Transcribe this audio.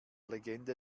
legende